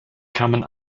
kamen